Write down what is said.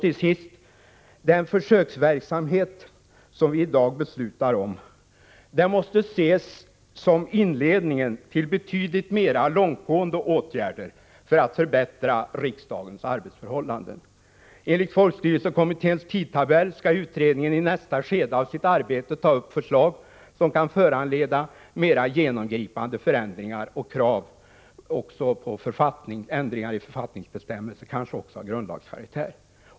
Till sist: Den försöksverksamhet som vi i dag beslutar om måste ses som inledningen till betydligt mera långtgående åtgärder för att förbättra riksdagens arbetsförhållanden. Enligt folkstyrelsekommitténs tidtabell skall utredningen i nästa skede av sitt arbete ta upp förslag, som kan föranleda mera genomgripande förändringar och krav också på ändringar i författningsbestämmelser, kanske även av grundlagskaraktär.